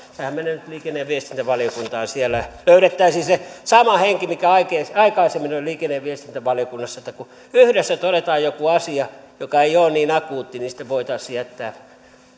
tämähän menee nyt liikenne ja viestintävaliokuntaan jos siellä löydettäisiin se sama henki mikä aikaisemmin oli liikenne ja viestintävaliokunnassa että kun yhdessä todetaan joku asia joka ei ole niin akuutti niin sitten voitaisiin jättää